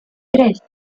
tres